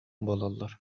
буолаллар